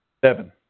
seven